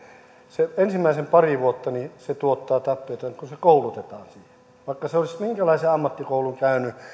sen ensimmäiset pari vuotta se tuottaa tappiota kun se koulutetaan siihen vaikka se olisi minkälaisen ammattikoulun käynyt